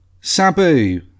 Sabu